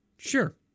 Sure